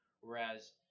whereas